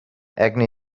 acne